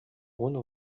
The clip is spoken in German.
ohne